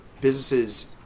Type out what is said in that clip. businesses